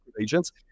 agents